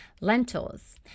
Lentils